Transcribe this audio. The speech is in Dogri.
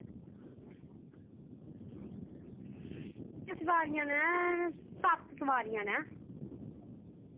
सोआरियां न सत्त सोआरियां न